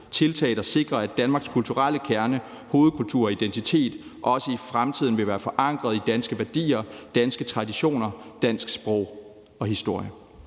tiltag, der sikrer, at Danmarks kulturelle kerne, hovedkultur og identitet også i fremtiden vil være forankret i danske værdier, danske traditioner, dansk sprog og dansk historie.«